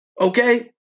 Okay